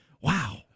Wow